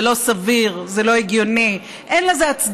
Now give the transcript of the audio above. זה לא סביר, זה לא הגיוני, אין לזה הצדקה,